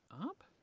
up